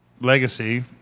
Legacy